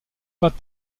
pas